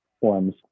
forms